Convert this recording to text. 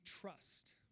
trust